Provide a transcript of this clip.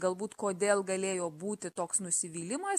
galbūt kodėl galėjo būti toks nusivylimas